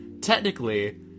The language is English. technically